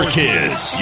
kids